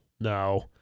No